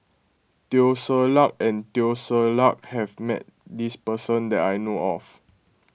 Teo Ser Luck and Teo Ser Luck has met this person that I know of